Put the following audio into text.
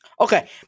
Okay